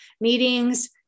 meetings